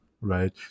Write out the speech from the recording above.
Right